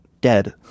dead